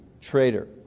traitor